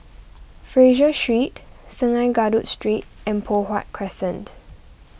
Fraser Street Sungei Kadut Street and Poh Huat Crescent